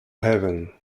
haven